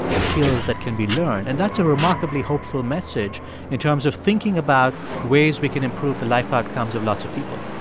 skills that can be learned. and that's a remarkably hopeful message in terms of thinking about ways we can improve the life outcomes of lots of people